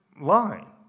line